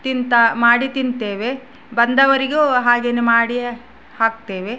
ತಿಂತಾ ಮಾಡಿ ತಿಂತೇವೆ ಬಂದವರಿಗೂ ಹಾಗೆಯೇ ಮಾಡಿ ಹಾಕ್ತೇವೆ